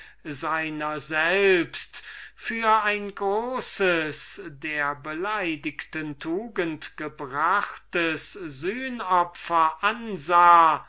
seiner selbst für ein großes versöhn opfer welches er der beleidigten tugend brachte ansah